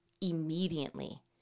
immediately